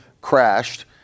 crashed